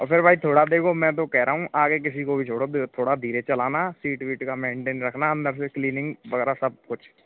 और फिर भई थोड़ा देखो मैं तो कह रहा हूँ आगे किसी को भी छोड़ो फिर थोड़ा धीरे चलाना सीट विट का मैन्टैन रखना अंदर से क्लीनिंग वगेरह सब कुछ